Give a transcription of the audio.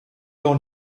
your